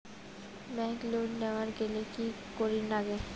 Bank loan নেওয়ার গেইলে কি করীর নাগে?